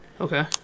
Okay